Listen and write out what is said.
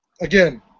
Again